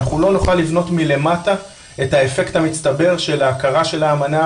לא נוכל לבנות מלמטה את האפקט המצטבר של ההכרה של האמנה